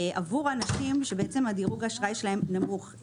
עבור אנשים שדירוג האשראי שלהם נמוך.